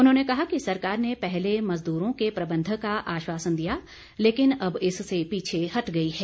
उन्होंने कहा कि सरकार ने पहले मजदूरों के प्रबंध का आश्वासन दिया लेकिन अब इससे पीछे हट गई है